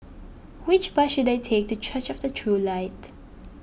which bus should I take to Church of the True Light